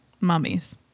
mummies